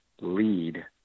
lead